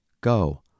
Go